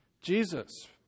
Jesus